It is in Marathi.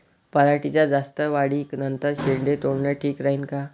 पराटीच्या जास्त वाढी नंतर शेंडे तोडनं ठीक राहीन का?